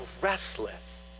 restless